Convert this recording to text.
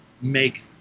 make